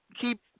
keep